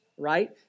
right